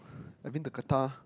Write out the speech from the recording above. I been to Qatar